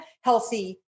healthy